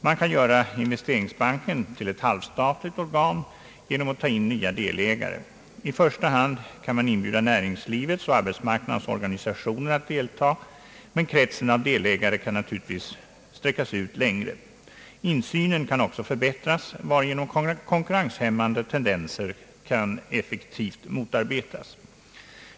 Man kan göra investeringsbanken till ett halvstatligt organ genom att ta in nya delägare. I första hand kan man inbjuda näringslivets och arbetsmarknadens organisationer att delta, men kretsen av delägare kan naturligtvis sträckas ut längre. Insynen kan också förbättras, varigenom konkurrenshämmande tendenser kan effektivt motarbetas.